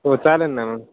हो चालेल ना मॅम